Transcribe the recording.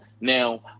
Now